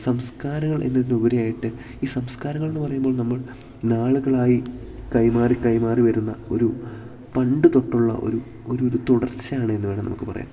സംസ്കാരങ്ങൾ എന്നതിനുപരിയായിട്ട് ഈ സംസ്കാരങ്ങളെന്ന് പറയുമ്പോൾ നമ്മൾ നാളുകളായി കൈമാറി കൈമാറി വരുന്ന ഒരു പണ്ട് തൊട്ടുള്ള ഒരു ഒരു ഒരു തുടർച്ചയാണ് എന്ന് വേണം നമുക്ക് പറയാൻ